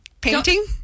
painting